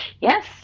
Yes